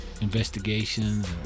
investigations